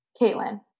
Caitlin